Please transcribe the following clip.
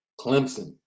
Clemson